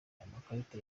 amakarita